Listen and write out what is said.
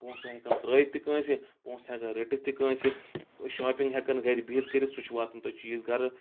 پونٛسہٕ ہیٚکَن ترٛٲیِتھ تہِ کٲنٛسہِ پونٛسہٕ ہیٚکَن رٔٹِتھ تہِ کٲنٛسہِ شاپِنٛگ ہیٚکَن گَرِ بِہِتھ کٔرِتھ سُہ چھُ واتُن تۄہہِ چیٖز گَرٕ